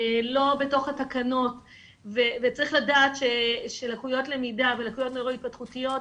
לא בתוך התקנות וצריך לדעת שלקויות למידה ולקויות נוירו-התפתחותיות,